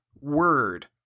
word